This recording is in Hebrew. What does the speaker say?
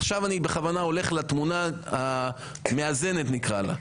עכשיו אני בכוונה הולך לתמונה המאזנת, נקרא לה.